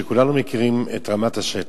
וכולנו מכירים את רמת השטח.